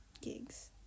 gigs